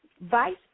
Vice